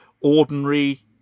ordinary